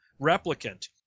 Replicant